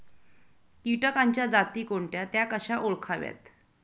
किटकांच्या जाती कोणत्या? त्या कशा ओळखाव्यात?